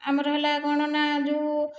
ଆମର ହେଲା କଣ ନା ଯେଉଁ